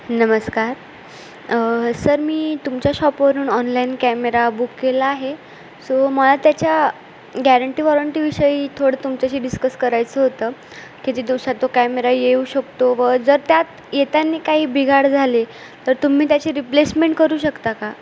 नमस्कार सर मी तुमच्या शॉपवरून ऑनलाईन कॅमेरा बुक केला आहे सो मला त्याच्या गॅरंटी वॉरंटीविषयी थोडं तुमच्याशी डिस्कस करायचं होतं किती दिवसात तो कॅमेरा येऊ शकतो व जर त्यात येताना काही बिघाड झाले तर तुम्ही त्याची रिप्लेसमेंट करू शकता का